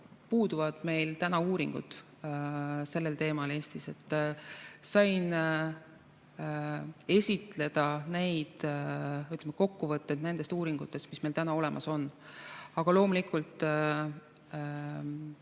puuduvad meil Eestis uuringud sellel teemal. Sain esitada kokkuvõtte nendest uuringutest, mis meil täna olemas on. Aga loomulikult